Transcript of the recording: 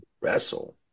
wrestle